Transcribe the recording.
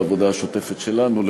בעבודה השוטפת שלנו,